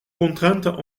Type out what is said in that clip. contraintes